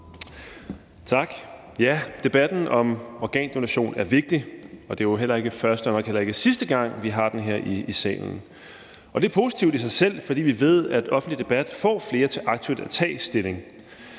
Tak, formand. Debatten om organdonation er vigtig, og det er jo ikke den første gang og nok heller ikke den sidste gang, vi har den her i salen, og det er positivt i sig selv, fordi vi ved, at en offentlig debat får flere til aktivt at tage stilling.